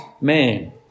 man